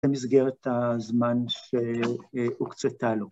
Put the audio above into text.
במסגרת את הזמן שהוקצתה לו.